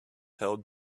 held